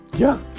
yeah.